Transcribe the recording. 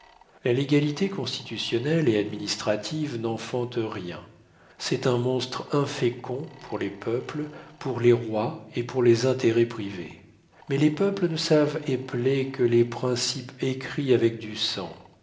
la légalité constitutionnelle et administrative n'enfante rien c'est un monstre infécond pour les peuples pour les rois et pour les intérêts privés mais les peuples ne savent épeler que les principes écrits avec du sang